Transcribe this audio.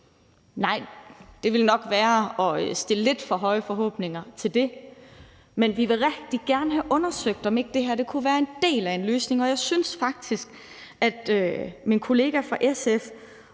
Nej, det vil nok være at sætte lidt for høje forhåbninger til det. Men vi vil rigtig gerne have undersøgt, om ikke det her kunne være en del af en løsning, og jeg synes faktisk, at min kollega fra SF